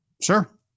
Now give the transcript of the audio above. sure